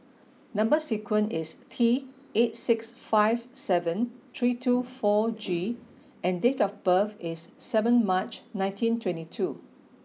number sequence is T eight six five seven three two four G and date of birth is seven March nineteen twenty two